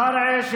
קרעי,